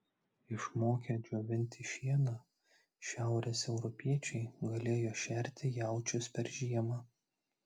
išmokę džiovinti šieną šiaurės europiečiai galėjo šerti jaučius per žiemą